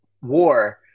war